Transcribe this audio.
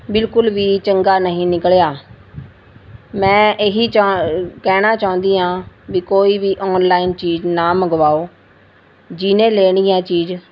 ਬਿਲਕੁਲ ਵੀ ਚੰਗਾ ਨਹੀਂ ਨਿਕਲਿਆ ਮੈਂ ਇਹੀ ਚਾਂ ਕਹਿਣਾ ਚਾਹੁੰਦੀ ਹਾਂ ਵੀ ਕੋਈ ਵੀ ਔਨਲਾਈਨ ਚੀਜ਼ ਨਾ ਮੰਗਵਾਓ ਜਿਹਨੇ ਲੈਣੀ ਏ ਚੀਜ਼